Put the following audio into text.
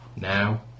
Now